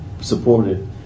supported